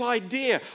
idea